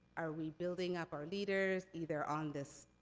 are we building up our leaders, either on this,